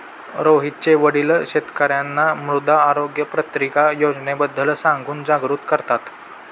रोहितचे वडील शेतकर्यांना मृदा आरोग्य पत्रिका योजनेबद्दल सांगून जागरूक करतात